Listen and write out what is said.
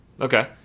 Okay